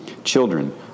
Children